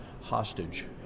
hostage